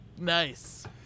Nice